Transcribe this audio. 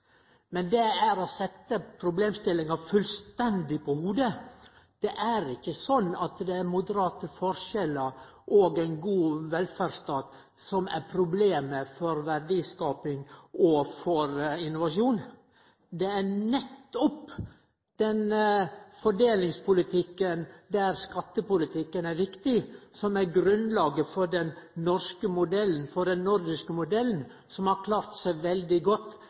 Men det er å setje problemstillinga fullstendig på hovudet. Det er ikkje sånn at det er moderate forskjellar og ein god velferdsstat som er problemet for verdiskaping og innovasjon. Det er nettopp den fordelingspolitikken der skattepolitikken er viktig, som er grunnlaget for den norske modellen, for den nordiske modellen, som har klart seg veldig godt